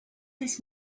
this